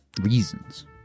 reasons